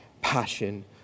passion